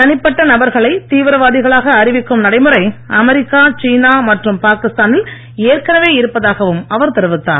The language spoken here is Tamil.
தனிப்பட்ட நபர்களை தீவிரவாதிகளாக அறிவிக்கும் நடைமுறை அமெரிக்கா சீனா மற்றும் பாகிஸ்தானில் ஏற்கனவே இருப்பதாகவும் அவர் தெரிவித்தார்